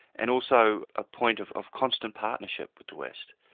and also a point of of constant partnership with the west.